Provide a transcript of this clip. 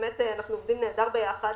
ואנחנו עובדים נהדר ביחד